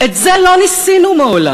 את זה לא ניסינו מעולם.